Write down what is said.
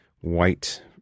white